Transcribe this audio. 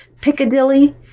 Piccadilly